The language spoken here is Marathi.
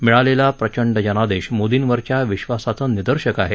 मिळालेला प्रचंड जनादेश मोदींवरच्या विश्वासाचं निदर्शक आहे